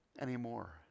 anymore